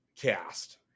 cast